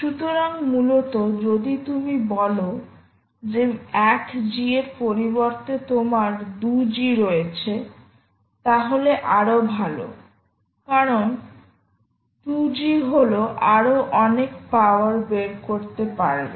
সুতরাং মূলত যদি তুমি বল যে 1G এর পরিবর্তে তোমার 2G রয়েছে তাহলে আরও ভাল কারণ 2G হল আরও অনেক পাওয়ার বের করতে পারবে